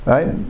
Right